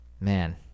man